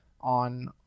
on